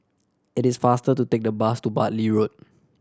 it is faster to take the bus to Bartley Road